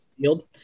field